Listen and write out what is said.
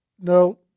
no